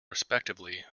respectively